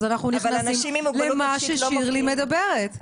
אנחנו נכנסים למה ששירלי מדברת עליו.